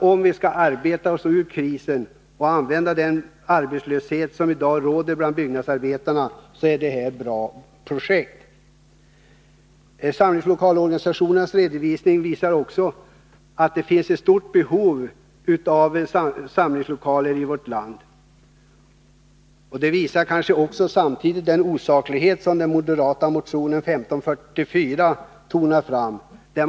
Om vi skall arbeta oss ur krisen och avhjälpa den arbetslöshet som i dag råder bland byggnadsarbetarna är det här ett bra projekt. Samlingslokalorganisationernas redovisning visar att det finns ett stort behov av samlingslokaler i vårt land. Den visar också osakligheten i den moderata motionen 1544.